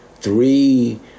three